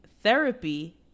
Therapy